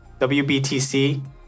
WBTC